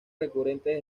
recurrentes